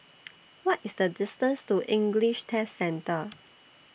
What IS The distance to English Test Centre